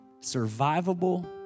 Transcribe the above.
survivable